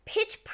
Pitch